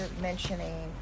mentioning